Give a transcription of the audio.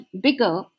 bigger